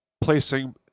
placing